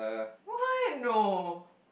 what no